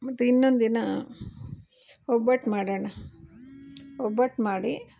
ಮತ್ತೆ ಇನ್ನೊಂದಿನ ಒಬ್ಬಟ್ಟು ಮಾಡೋಣ ಒಬ್ಬಟ್ಟು ಮಾಡಿ